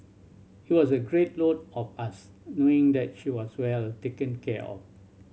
it was a great load off us knowing that she was well taken care of